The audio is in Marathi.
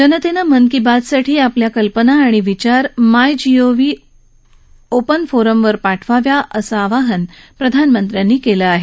जनतेनं मन की बात साठी आपल्या कल्पना आणि विचार my G O V open फोरमवर पाठवाव्यात असं आवाहन प्रधानमंत्र्यांनी केलं आहे